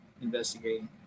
investigating